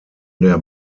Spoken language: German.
der